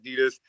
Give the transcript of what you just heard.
adidas